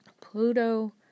Pluto